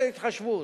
קצת יותר התחשבות.